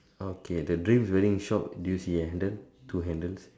okay the dreams wedding shop do you see the handle two handles